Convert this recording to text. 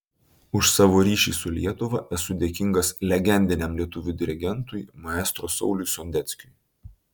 už savo ryšį su lietuva esu dėkingas legendiniam lietuvių dirigentui maestro sauliui sondeckiui